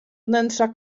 wnętrza